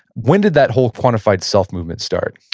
when did that whole quantified self movement start?